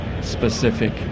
specific